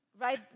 right